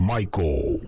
Michael